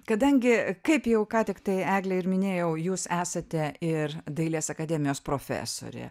kadangi kaip jau ką tiktai egle ir minėjau jūs esate ir dailės akademijos profesorė